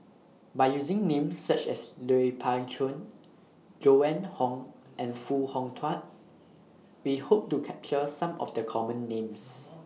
By using Names such as Lui Pao Chuen Joan Hon and Foo Hong Tatt We Hope to capture Some of The Common Names